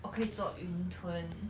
我可以做云吞